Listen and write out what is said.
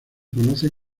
conoce